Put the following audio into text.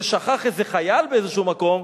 ששכח איזה חייל באיזה מקום,